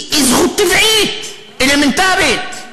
היא זכות טבעית, אלמנטרית.